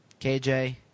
KJ